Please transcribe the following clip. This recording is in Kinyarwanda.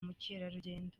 mukerarugendo